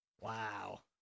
Wow